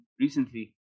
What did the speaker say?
recently